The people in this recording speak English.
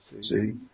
See